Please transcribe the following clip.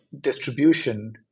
distribution